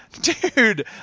Dude